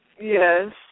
Yes